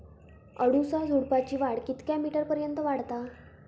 अडुळसा झुडूपाची वाढ कितक्या मीटर पर्यंत वाढता?